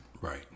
Right